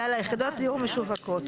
יאללה, יחידות דיור משווקות.